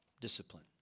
discipline